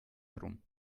herum